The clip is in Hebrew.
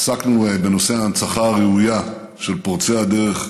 עסקנו בנושא ההנצחה הראויה של פורצי הדרך,